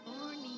Morning